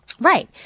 Right